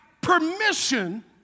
permission